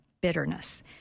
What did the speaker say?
bitterness